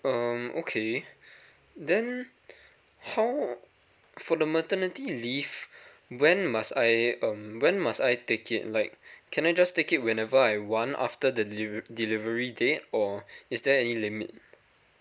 um okay then how for the maternity leave when must I um when must I take it like can I just take it whenever I want after the delivery delivery date or is there any limit